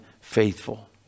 faithful